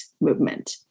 movement